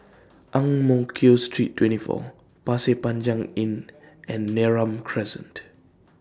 Ang Mo Kio Street twenty four Pasir Panjang Inn and Neram Crescent